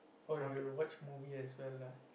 oh you got to watch movie as well lah